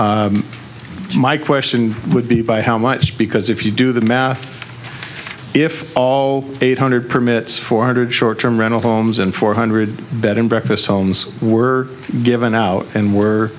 s my question would be by how much because if you do the math if all eight hundred permits four hundred short term rental homes and four hundred bed and breakfast homes were given out and were